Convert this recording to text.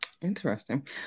Interesting